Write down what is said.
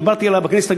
דיברתי עליה בכנסת,